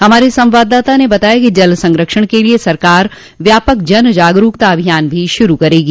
हमारे संवाददाता ने बताया कि जल संरक्षण के लिए सरकार व्यापक जन जागरूकता अभियान भी शुरू करेगी